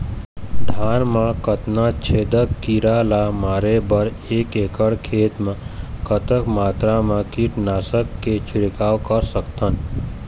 धान मा कतना छेदक कीरा ला मारे बर एक एकड़ खेत मा कतक मात्रा मा कीट नासक के छिड़काव कर सकथन?